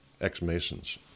Ex-Masons